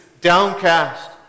downcast